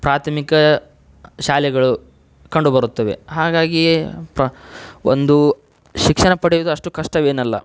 ಪ್ರಾಥಮಿಕ ಶಾಲೆಗಳು ಕಂಡುಬರುತ್ತದೆ ಹಾಗಾಗಿ ಪ್ರ ಒಂದು ಶಿಕ್ಷಣ ಪಡೆಯುವುದು ಅಷ್ಟು ಕಷ್ಟವೇನಲ್ಲ